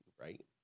right